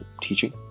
teaching